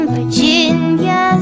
Virginia